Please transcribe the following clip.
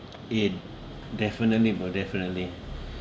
it definitely will definitely